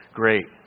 great